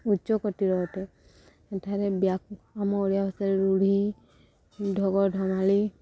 ଉଚ୍ଚ କୋଟିର ଅଟେ ଏଠାରେ ବ୍ୟା ଆମ ଓଡ଼ିଆ ଭାଷାରେ ରୁଢ଼ି ଢ଼ଗ ଢ଼ମାଳି